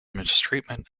mistreatment